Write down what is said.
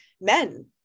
men